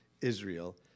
Israel